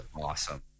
awesome